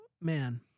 man